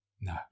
No